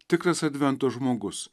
tikras advento žmogus